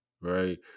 right